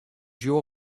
your